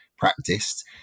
practiced